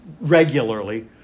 regularly